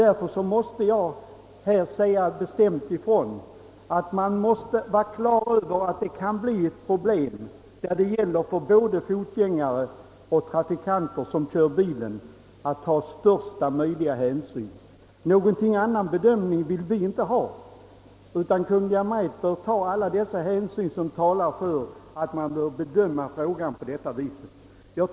Jag för min del säger bestämt ifrån att hänsyn måste tas både till fotgängarna och till de trafikanter som kör mo torfordon. Någon annan bedömning vill vi inte ha, utan Kungl. Maj:t bör ta alla dessa hänsyn och bedöma frågan på detta sätt.